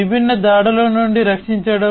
విభిన్న దాడుల నుండి రక్షించడం